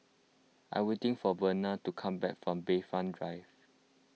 I'm waiting for Verna to come back from Bayfront Drive